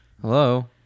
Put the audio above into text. Hello